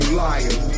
liar